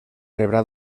rebrà